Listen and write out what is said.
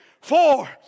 four